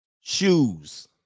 shoes